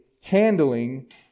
handling